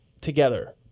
together